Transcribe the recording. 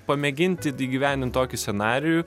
pamėginti įgyvendint tokį scenarijų